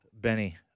Benny